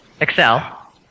Excel